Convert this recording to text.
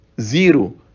zero